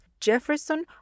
Jefferson